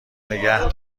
نگه